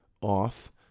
off